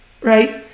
right